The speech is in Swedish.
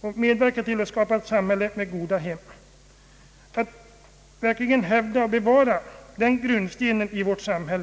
och medverka till att skapa ett samhälle med goda hem, vi vill hävda och bevara den grundstenen i vårt samhälle.